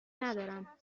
ندارم